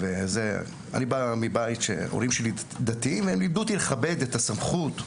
אני בא מבית דתי בו לימדו אותי לכבד את הסמכות.